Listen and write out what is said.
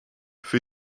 für